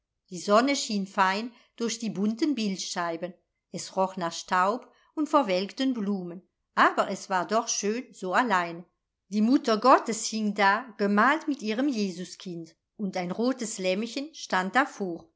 die sonne schien fein durch die bunten bildscheiben es roch nach staub und verwelkten blumen aber es war doch schön so allein die mutter gottes hing da gemalt mit ihrem jesuskind und ein rotes lämpchen stand davor